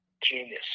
genius